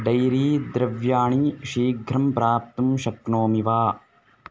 dairy द्रव्याणि शीघ्रं प्राप्तुं शक्नोमि वा